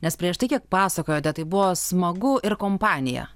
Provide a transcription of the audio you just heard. nes prieš tai kiek pasakojote tai buvo smagu ir kompanija